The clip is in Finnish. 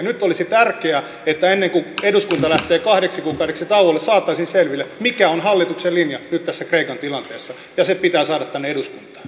nyt olisi tärkeää että ennen kuin eduskunta lähtee kahdeksi kuukaudeksi tauolle saataisiin selville mikä on hallituksen linja nyt tässä kreikan tilanteessa ja se pitää saada tänne eduskuntaan